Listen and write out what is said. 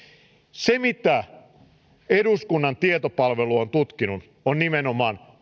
se mitä eduskunnan tietopalvelu on tutkinut on nimenomaan